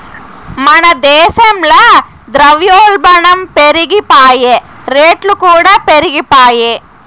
మన దేశంల ద్రవ్యోల్బనం పెరిగిపాయె, రేట్లుకూడా పెరిగిపాయె